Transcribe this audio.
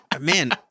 Man